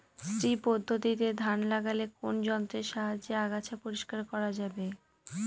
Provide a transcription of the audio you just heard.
শ্রী পদ্ধতিতে ধান লাগালে কোন যন্ত্রের সাহায্যে আগাছা পরিষ্কার করা যাবে?